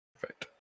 Perfect